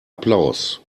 applaus